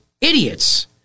idiots